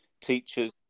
Teachers